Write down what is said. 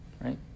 Right